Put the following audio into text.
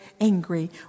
angry